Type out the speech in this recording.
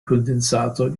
kondensator